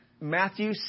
Matthew